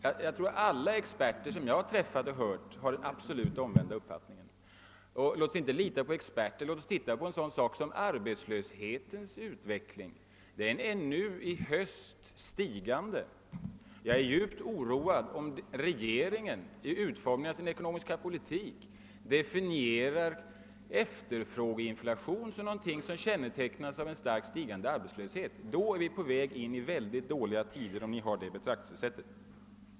Alla experter som jag har hört har den motsatta uppfattningen. Men låt oss inte lita på experter; låt oss se på arbetslöshetens utveckling! Arbetslösheten är nu i höst stigande. Jag är djupt oroad om regeringen vid utformningen av sin ekonomiska politik definierar efterfrågeinflation som någonting som kännetecknas av en starkt stigande arbetsiöshet. Om den har det betraktelsesättet, är vi verkligen på väg mot dåliga tider.